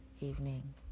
evening